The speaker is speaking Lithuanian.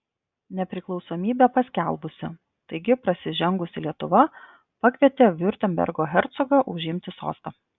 nepriklausomybę paskelbusi taigi prasižengusi lietuva pakvietė viurtembergo hercogą užimti sostą